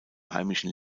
heimischen